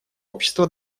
общество